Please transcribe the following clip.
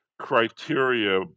criteria